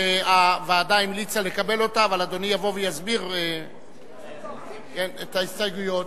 שהוועדה המליצה לקבל אותה אבל אדוני יבוא ויסביר את ההסתייגויות.